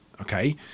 Okay